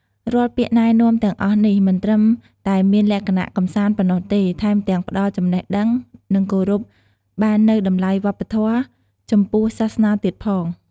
រាល់ពាក្យណែនាំទាំងអស់នេះ មិនត្រឹមតែមានលក្ខណៈកម្សាន្តប៉ុណ្ណោះទេ ថែមទាំងផ្តល់ចំណេះដឹង និងគោរពបាននូវតម្លៃវប្បធម៌ ចំពោះសាសនាទៀតផង។